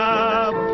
up